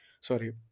sorry